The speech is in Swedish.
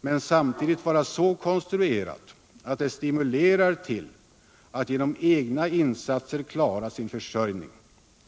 men samtidigt vara så konstruerat, att det stimulerar människorna att genom egna insatser klara sin försörjning.